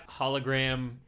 hologram